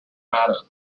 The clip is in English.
matter